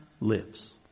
lives